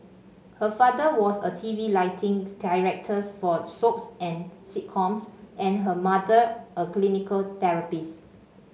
her father was a TV lighting director for soaps and sitcoms and her mother a clinical therapist